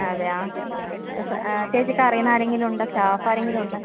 അതെയോ ചേച്ചിക്ക് അറിയുന്ന ആരെങ്കിലും ഉണ്ടോ സ്റ്റാഫ് ആരെങ്കിലും ഉണ്ടോ